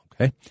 okay